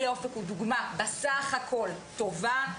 כלא אופק הוא דוגמה בסך הכול טובה.